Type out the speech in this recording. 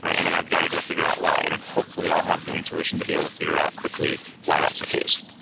and then i've got to go figure out why. and and hopefully, i'll have the intuition to be able to figure out quickly why that's the case.